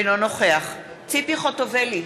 אינו נוכח ציפי חוטובלי,